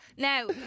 Now